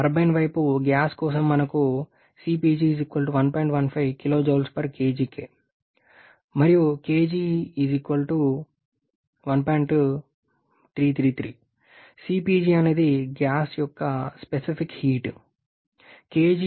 turbine వైపు gas కోసం మనకు ఇవి ఉన్నాయి మరియు cpg అనేది గ్యాస్ యొక్క స్పెసిఫిక్ హీట్ నిర్దిష్ట వేడి